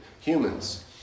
humans